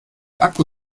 akku